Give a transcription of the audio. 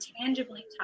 tangibly